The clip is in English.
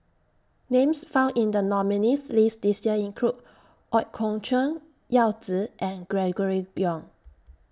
Names found in The nominees' list This Year include Ooi Kok Chuen Yao Zi and Gregory Yong